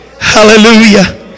Hallelujah